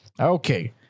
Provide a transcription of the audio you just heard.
Okay